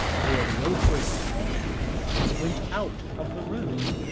lord wilfrid staynes, went out of the room,